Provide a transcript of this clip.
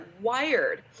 wired